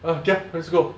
oh okay ah let's go